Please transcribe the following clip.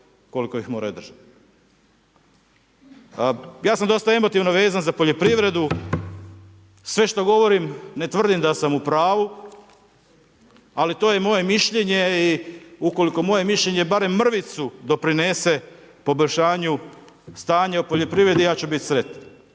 koliko ih moraju držati. Ja sam dosta emotivno vezan za poljoprivredu, sve što govorim ne tvrdim da sam u pravu, ali to je moje mišljenje i ukoliko moje mišljenje barem mrvicu doprinese poboljšanju stanja u poljoprivredi, ja ću bit sretan.